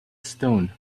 stone